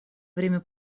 время